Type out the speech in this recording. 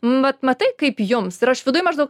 vat matai kaip jums ir aš viduj maždaug